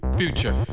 future